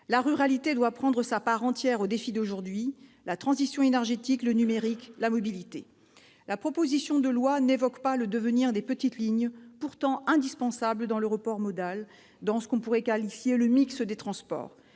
La ruralité doit prendre sa part entière aux défis d'aujourd'hui : la transition énergétique, le numérique, la mobilité. La proposition de loi n'évoque pas le devenir des petites lignes, pourtant indispensables dans le report modal, le mix des transports.